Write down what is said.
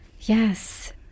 yes